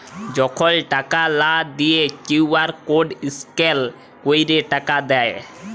যখল টাকা লা দিঁয়ে কিউ.আর কড স্ক্যাল ক্যইরে টাকা দেয়